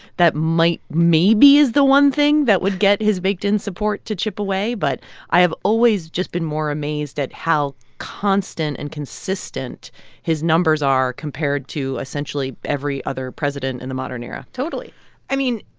that might maybe is the one thing that would get his baked-in support to chip away. but i have always just been more amazed at how constant and consistent his numbers are compared to essentially every other president president in the modern era totally i mean,